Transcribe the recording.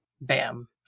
Bam